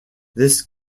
this